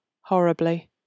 horribly